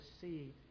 see